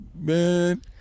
Man